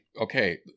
okay